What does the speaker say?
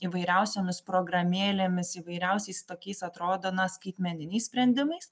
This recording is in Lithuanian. įvairiausiomis programėlėmis įvairiausiais tokiais atrodo na skaitmeniniais sprendimais